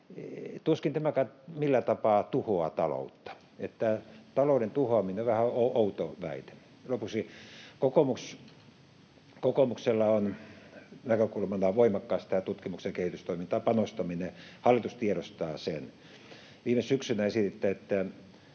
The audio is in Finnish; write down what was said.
Tuskin tämäkään millään tapaa tuhoaa taloutta. Tämä talouden tuhoaminen on outo väite. Lopuksi: Kokoomuksella on näkökulmanaan voimakkaasti tutkimukseen ja kehitystoimintaan panostaminen. Hallitus tiedostaa sen. Viime syksynä esititte, että